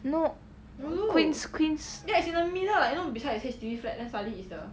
no queens queens